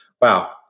wow